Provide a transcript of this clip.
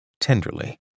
tenderly